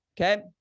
Okay